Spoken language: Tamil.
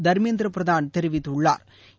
தா்மேந்திர பிரதான் தெரிவித்துள்ளாா்